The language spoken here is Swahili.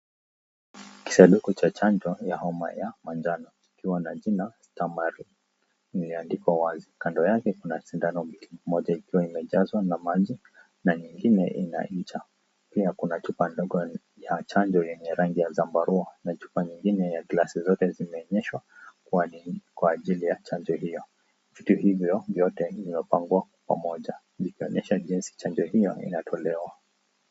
Kisanduku cha chanjo ya homa ya manjano kikiwa na jina Stamaril liliandikwa wazi. Kando yake kuna sindano mbili moja ikiwa imejazwa na maji na nyingine ina ncha. Pia kuna chupa ndogo ya chanjo yenye rangi ya zambarau na chupa nyingine ya glasi zote zimeonyeshwa kuwa ni kwa ajili ya chanjo hiyo. Vitu hivyo vyote vimepangwa pamoja vikionyesha jinsi chanjo hiyo inatolewa.